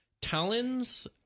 talons